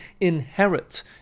inherit